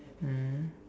mm